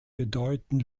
bedeuten